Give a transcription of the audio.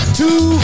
two